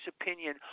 opinion